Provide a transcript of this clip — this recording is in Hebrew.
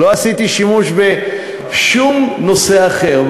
לא עשיתי שימוש בשום נושא אחר.